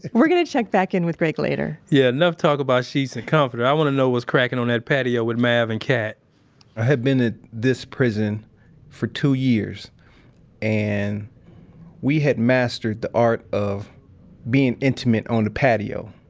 we're going to check back in with greg later yeah, enough talk about sheets and comforter. i want to know what's crackin' on that patio with mav and cat i had been at this prison for two years and we had mastered the art of being intimate on the patio.